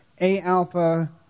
A-Alpha